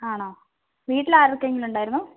ആണോ വീട്ടിലാർക്കെങ്കിലും ഉണ്ടായിരുന്നോ